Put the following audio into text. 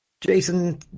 Jason